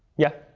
yeah?